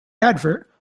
advert